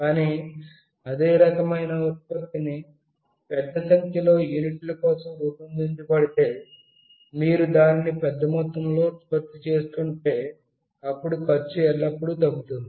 కానీ అదే రకమైన ఉత్పత్తి ని పెద్ద సంఖ్యలో యూనిట్ల కోసం రూపొందించబడితే మీరు దానిని పెద్దమొత్తంలో ఉత్పత్తి చేస్తుంటే అప్పుడు ఖర్చు ఎల్లప్పుడూ తగ్గుతుంది